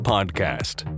Podcast